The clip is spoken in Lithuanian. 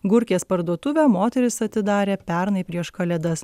gurkės parduotuvę moteris atidarė pernai prieš kalėdas